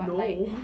no